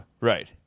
Right